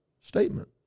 statement